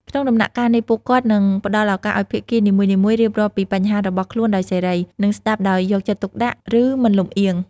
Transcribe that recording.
ក្នុងដំណាក់កាលនេះ ពួកគាត់នឹង ផ្តល់ឱកាសឲ្យភាគីនីមួយៗរៀបរាប់ពីបញ្ហារបស់ខ្លួនដោយសេរី និងស្តាប់ដោយយកចិត្តទុកដាក់ ឬមិនលំអៀង។